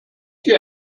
hier